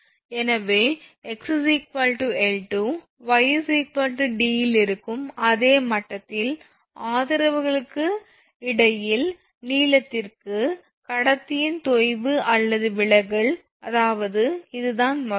எனவே x 𝐿2 𝑦 d இல் இருக்கும் அதே மட்டத்தில் ஆதரவுகளுக்கு இடைவெளியில் நீளத்திற்கு கடத்தியின் தொய்வு அல்லது விலகல் அதாவது இதுதான் மொத்தம்